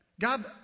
God